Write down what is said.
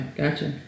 gotcha